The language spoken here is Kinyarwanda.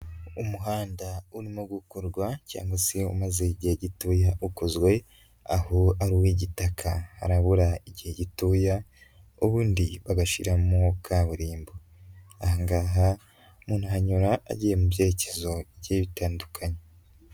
Umuhanda urimo gukorwa cyangwa se umaze igihe gitoya ukozwe aho ari uw'igitaka, harabura igihe gitoya ubundi bagashyiramo kaburimbo. Aha ngaha umuntu ahanyura agiye mu byerekezo bigiye bitandukanye.